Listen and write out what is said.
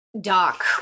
Doc